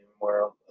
world